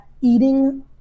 eating